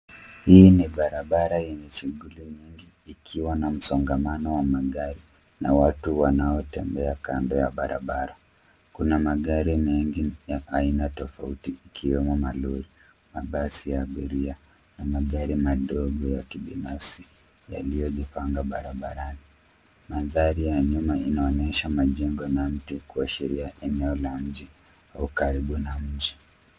Hii ni barabara yenye shughuli nyingi ikiwa na msongamano wa magari na watu wanaotembea kando ya barabara. Kuna magari mengi ya aina tofauti ikiwemo malori, mabasi ya abiria na magari madogo ya kibinafsi yaliyojipanga barabarani. Mandhari ya nyuma inaonyesha majengo na mti kuashiria eneo la nje au karibu na mji.